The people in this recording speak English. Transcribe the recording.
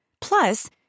Plus